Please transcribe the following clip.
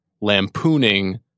lampooning